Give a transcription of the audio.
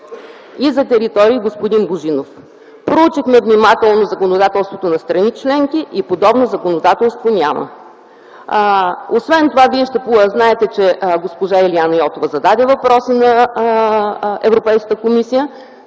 И за територии, господин Божинов. Проучихме внимателно законодателството на страни членки и подобно законодателство няма. Освен това вие знаете, че госпожа Илиана Йотова зададе въпрос на Европейската комисия.